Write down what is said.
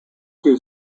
two